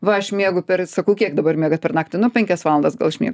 va aš miegu per sakau kiek dabar miegat per naktį nu penkias valandas gal išmieg